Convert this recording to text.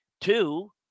Two